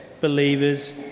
believers